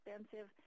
expensive